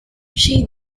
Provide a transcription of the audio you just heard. she